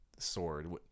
sword